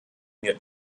mir